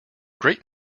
great